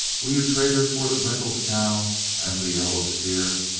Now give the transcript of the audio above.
will you trade her for the brindled cow and the yellow steer?